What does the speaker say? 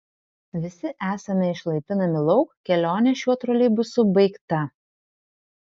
visi esame išlaipinami lauk kelionė šiuo troleibusu baigta